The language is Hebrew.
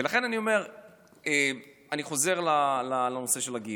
ולכן אני אומר, אני חוזר לנושא של הגיור,